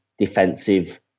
defensive